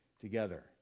together